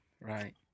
Right